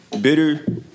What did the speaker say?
bitter